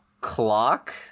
clock